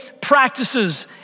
practices